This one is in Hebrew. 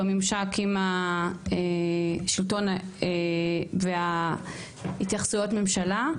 מזהה בממשק עם השלטון וההתייחסויות ממשלה,